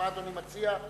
מה אדוני מציע?